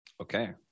Okay